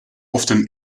often